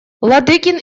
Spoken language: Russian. ладыгин